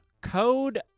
Code